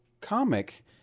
comic